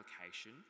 application